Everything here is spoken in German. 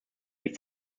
die